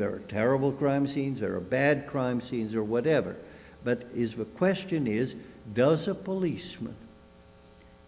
very terrible crime scenes or a bad crime scenes or whatever but a question is does a policeman